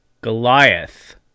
Goliath